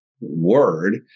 word